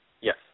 Yes